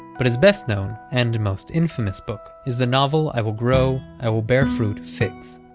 but his best-known and most infamous book is the novel i will grow, i will bear fruit figs,